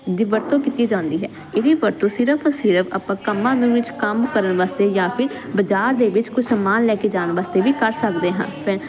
ਦੀ ਵਰਤੋਂ ਕੀਤੀ ਜਾਂਦੀ ਹੈ ਇਹ ਵੀ ਵਰਤੋਂ ਸਿਰਫ ਅ ਸਿਰਫ ਆਪਾਂ ਕੰਮਾਂ ਨੂੰ ਵਿੱਚ ਕੰਮ ਕਰਨ ਵਾਸਤੇ ਜਾਂ ਫਿਰ ਬਾਜ਼ਾਰ ਦੇ ਵਿੱਚ ਕੁਝ ਸਮਾਨ ਲੈ ਕੇ ਜਾਣ ਵਾਸਤੇ ਵੀ ਕਰ ਸਕਦੇ ਹਾਂ